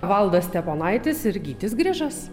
valdas steponaitis ir gytis grižas